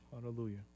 Hallelujah